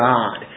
God